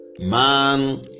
Man